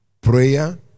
Prayer